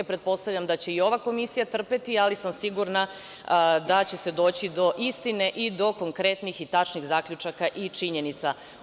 Pretpostavljam da će i ova komisija trpeti, ali sam sigurna da će se doći do istine i do konkretnih i tačnih zaključaka i činjenica.